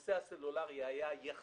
הנושא הסלולרי היה חדש יחסית,